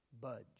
budge